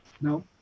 no